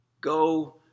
Go